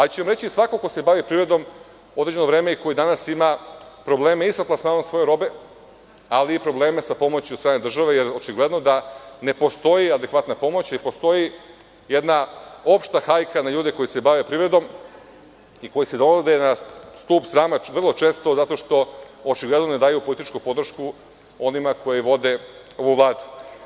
To će vam reći svako ko se bavi privredom određeno vreme i ko danas ima probleme sa plasmanom svoje robe, ali i probleme sa pomoći od strane države, jer očigledno da ne postoji adekvatna pomoć i postoji jedna opšta hajka na ljude koji se bave privredom i koji se dovod na stub srama vrlo često zato što ne daju političku podršku onima koji vode ovu vladu.